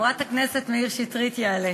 חברת הכנסת מאיר שטרית יעלה.